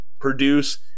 produce